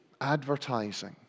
advertising